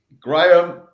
Graham